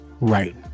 Right